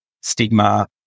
stigma